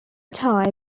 tier